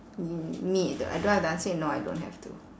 me me either I don't have to answer it now I don't have to